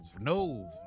no